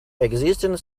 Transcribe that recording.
existed